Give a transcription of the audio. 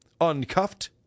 uncuffed